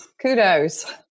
Kudos